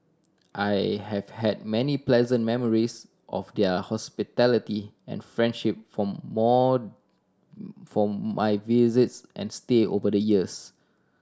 I have had many pleasant memories of their hospitality and friendship from more from my visits and stay over the years